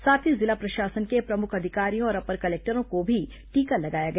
साथ ही जिला प्रशासन के प्रमुख अधिकारियों और अपर कलेक्टरों को भी टीका लगाया गया